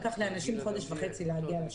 לקח לאנשים חודש וחצי להגיע לשוק.